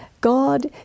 God